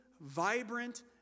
vibrant